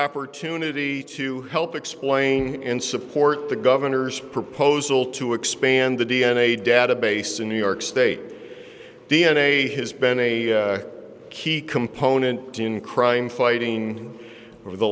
opportunity to help explain and support the governor's proposal to expand the d n a database in new york state d n a has been a key component in crime fighting over the